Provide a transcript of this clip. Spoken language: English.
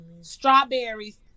strawberries